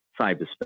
cyberspace